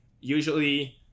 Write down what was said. Usually